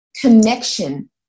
connection